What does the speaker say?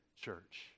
church